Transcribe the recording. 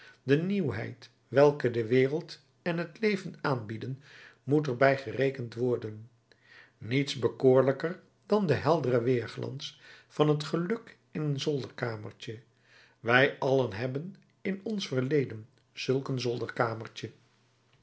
de nieuwheid welke de wereld en het leven aanbieden moet er bij gerekend worden niets bekoorlijker dan de heldere weerglans van het geluk in een zolderkamertje wij allen hebben in ons verleden zulk een